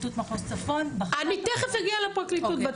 פרקליטות מחוז צפון בחרה --- אני תיכף אגיע לפרקליטות,